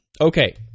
Okay